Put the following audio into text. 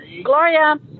Gloria